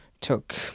took